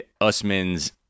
usman's